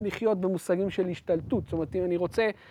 ‫לחיות במושגים של השתלטות. ‫זאת אומרת, אם אני רוצה...